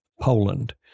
poland